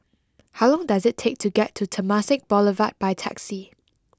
how long does it take to get to Temasek Boulevard by taxi